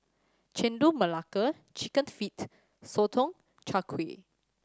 Chendol Melaka Chicken Feet Sotong Char Kway